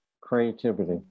creativity